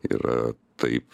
yra taip